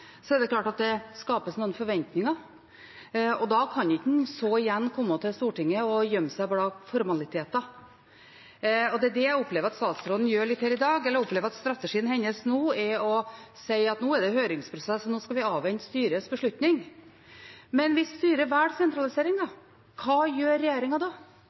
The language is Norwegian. er det klart at det skapes noen forventninger. Da kan en ikke igjen komme til Stortinget og gjemme seg bak formaliteter. Det er det jeg opplever at statsråden gjør her i dag, for jeg opplever at strategien hennes er å si at nå er det høringsprosess og nå skal vi avvente styrets beslutning. Men hvis styret velger sentralisering – hva gjør regjeringen da?